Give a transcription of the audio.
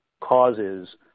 causes